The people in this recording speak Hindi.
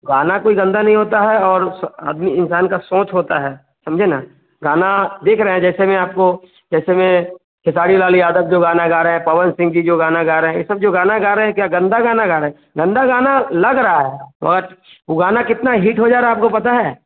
गाना कोई गंदा नहीं होता है और सो अभी इंसान का सोच होता है समझें ना गाना देख रहे हैं जैसे मैं आपको जैसे मैं छकाड़ी लाल यादव जो गाना गा रहे हैं पवन सिंह जी जो गाना गा रहे हैं यह सब जो गा रहे हैं तो क्या गंदा गाना गा रहे है गंदा गाना लग रहा है वोट वह गाना कितना हिट हो जा रहा है आपको पता है